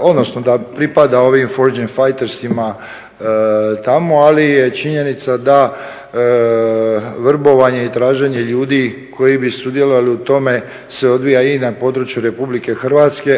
odnosno da pripada ovim … tamo ali je činjenica da vrbovanje i traženje ljudi koji bi sudjelovali u tome se odvija i na području RH,